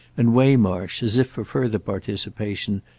and waymarsh, as if for further participation,